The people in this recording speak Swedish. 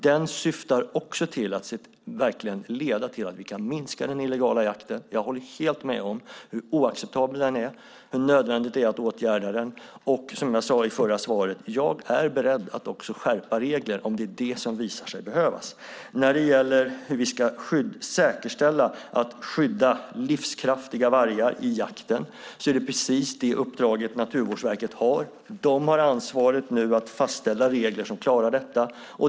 Den syftar också till att vi ska kunna minska den illegala jakten. Jag håller helt med om att den är oacceptabel och att det är nödvändigt att åtgärda den. Som jag sade i det förra svaret är jag beredd att också skärpa regler om det visar sig behövas. Naturvårdsverket har i uppdrag skydda livskraftiga vargar under jakten. De har nu ansvar för att fastställa regler som klarar detta.